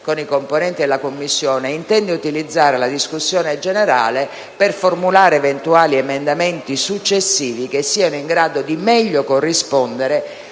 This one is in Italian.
con i componenti della Commissione, intende utilizzare la discussione generale per formulare eventuali emendamenti successivi che siano in grado di meglio corrispondere